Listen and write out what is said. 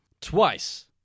Twice